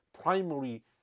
primary